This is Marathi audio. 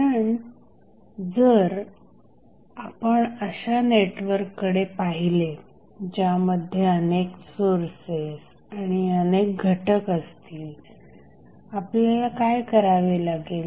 कारण जर आपण अशा नेटवर्ककडे पाहिले ज्यामध्ये अनेक सोर्सेस आणि अनेक घटक असतील आपल्याला काय करावे लागेल